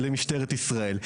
כלפי משטרת ישראל.